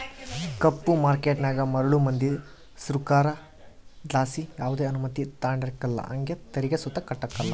ಕಪ್ಪು ಮಾರ್ಕೇಟನಾಗ ಮರುಳು ಮಂದಿ ಸೃಕಾರುದ್ಲಾಸಿ ಯಾವ್ದೆ ಅನುಮತಿ ತಾಂಡಿರಕಲ್ಲ ಹಂಗೆ ತೆರಿಗೆ ಸುತ ಕಟ್ಟಕಲ್ಲ